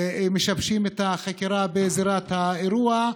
משבשים את החקירה בעזרת האירוע.